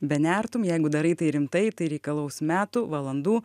benertum jeigu darai tai rimtai tai reikalaus metų valandų